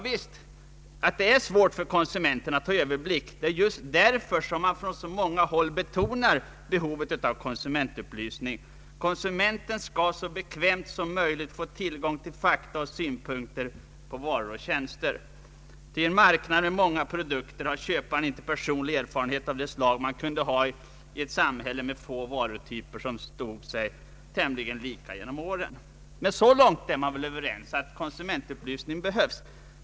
Visst är det svårt för konsumenterna att få överblick. Det är just därför som behovet av konsumentupplysning betonas på så många håll. Konsumenten skall så bekvämt som möjligt få tillgång till fakta och synpunkter på varor och tjänster. I en marknad med många nya produkter har köparen inte personliga erfarenheter av det slag man kunde ha i ett samhälle med få varutyper, som var tämligen lika genom åren. Vi är överens om att konsumentupplysning behövs.